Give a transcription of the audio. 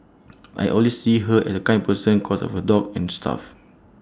I always see her and A kind person cos of her dog N stuff